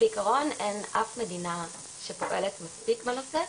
בעקרון אין אף מדינה שפועלת מספיק בנושא.